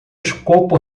escopo